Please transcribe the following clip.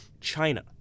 China